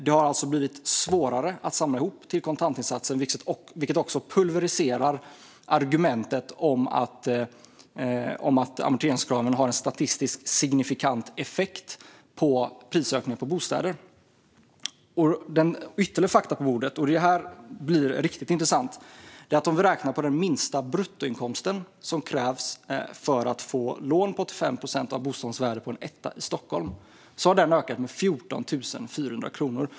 Det har alltså blivit svårare att samla ihop till kontantinsatsen, vilket också pulvriserar argumentet att amorteringskraven har en statistiskt signifikant effekt på prisökningen på bostäder. Ytterligare fakta på bordet - och det är här det blir riktigt intressant - är att den lägsta bruttoinkomst som krävs för att få lån på 85 procent av bostadens värde för en etta i Stockholm har ökat med 14 400 kronor.